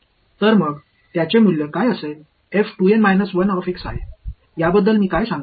तर मग त्याचे मूल्य काय असेल याबद्दल मी काय सांगू